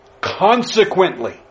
Consequently